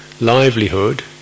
livelihood